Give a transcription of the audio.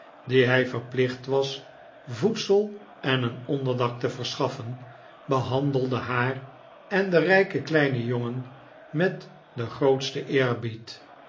die hij verplicht was voedsel en een onderdak te verschaffen behandelde haar en den rijken kleinen jongen met den grootsten eerbied